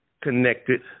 connected